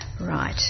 Right